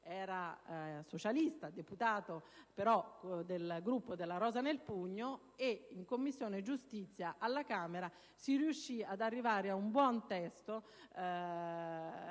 (era socialista, ma deputato nel Gruppo della Rosa nel pugno). In Commissione giustizia alla Camera si riuscì ad arrivare ad un buon testo;